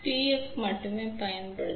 F மட்டுமே பயன்படுத்தினோம்